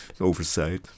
oversight